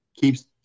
keeps